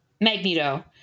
Magneto